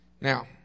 Now